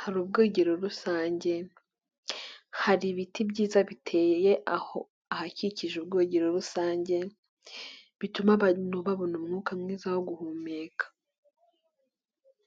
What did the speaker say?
hari ubwoegero rusange, hari ibiti byiza biteye aho ahakikije ubwogero rusange bituma abantu babona umwuka mwiza wo guhumeka.